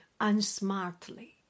unsmartly